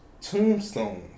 tombstones